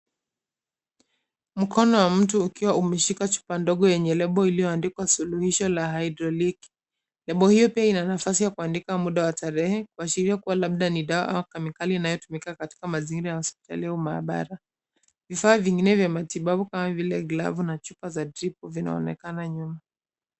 Mkono wa mtu ukiwa umeshika chupa ndogo yenye lebo iliyoandikwa suluhisho la haidroliki. Lebo hiyo pia ina nafasi la kuandika muda wa tarehe kuashiria kuwa labda ni dawa au kemikali inayotumika katika mahospitali au maabara. Vifaa vingine vya matibabu kama vile glavu na chupa za jipo vinaonekana nyuma.